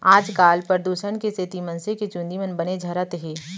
आजकाल परदूसन के सेती मनसे के चूंदी मन बने झरत हें